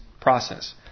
process